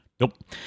Nope